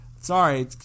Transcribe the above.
Sorry